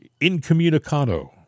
incommunicado